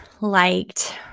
liked